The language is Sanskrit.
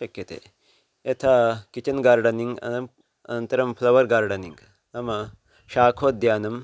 शक्यते यथा किच्चन् गार्डनिङ्ग् अन अनन्तरं फ़्लवर् गार्डनिङ्ग् नाम शाखोद्यानं